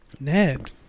ned